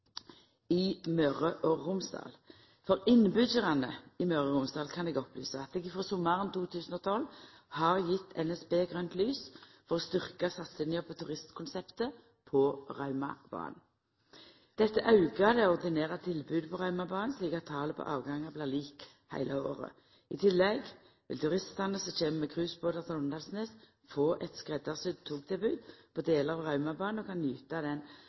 i Møre og Romsdal. For innbyggjarane i Møre og Romsdal kan eg opplysa om at eg frå sommaren 2012 har gjeve NSB grønt lys for å styrkja satsinga på turistkonseptet på Raumabanen. Dette aukar det ordinære tilbodet på Raumabanen, slik at talet på avgangar blir likt heile året. I tillegg vil turistane som kjem med cruisebåtar til Åndalsnes, få eit skreddarsydd togtilbod på delar av Raumabanen og kan nyta den